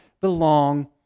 belong